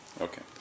Okay